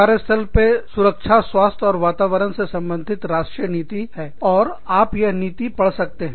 कार्यस्थल पर सुरक्षा स्वास्थ्य और वातावरण से संबंधित राष्ट्रीय नीति है और आप यह नीति पढ़ सकते हैं